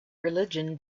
religion